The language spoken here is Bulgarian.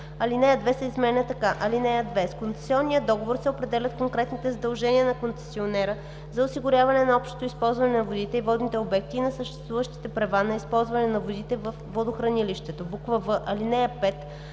алинея 2 се изменя така: „(2) С концесионния договор се определят конкретните задължения на концесионера за осигуряване на общото използване на водите и водните обекти и на съществуващите права на използване на водите във водохранилището.“; в) в ал. 5